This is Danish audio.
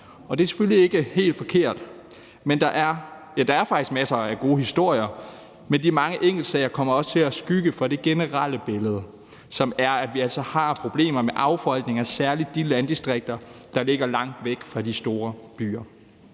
og det er selvfølgelig ikke helt forkert. For der er faktisk masser af gode historier, men de mange enkeltsager kommer også til at skygge for det generelle billede, som altså er, at vi har problemer med affolkning i særlig de landdistrikter, der ligger langt væk fra de store byer.